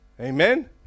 Amen